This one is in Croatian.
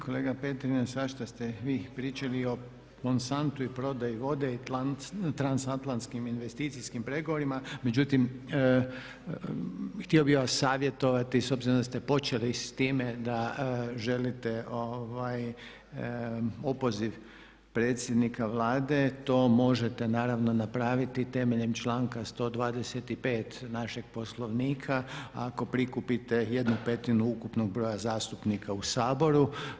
Kolega Petrina svašta ste vi pričali o Monstantu i prodaji vode i transatlanskim investicijskim pregovorima međutim htio bih vas savjetovati s obzirom da ste počeli s time da želite opoziv predsjednika Vlade, to možete naravno napraviti temeljem članka 125. našeg Poslovnika ako prikupite 1/5 ukupnog broja zastupnika u Saboru.